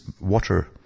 water